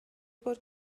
bod